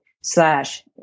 slash